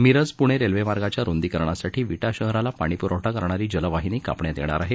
मिरज पुणे रेल्वेमार्गाच्या रुंदीकरणासाठी विटा शहराला पाणी पुरवठा करणारी जलवाहिनी कापण्यात येणार आहे